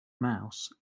mouse